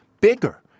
bigger